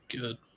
good